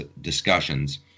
discussions